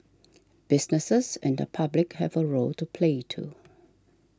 businesses and the public have a role to play too